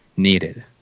needed